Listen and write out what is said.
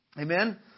Amen